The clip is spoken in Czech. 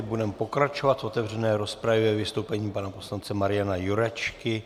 Budeme pokračovat v otevřené rozpravě vystoupením pana poslance Mariana Jurečky.